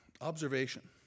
observation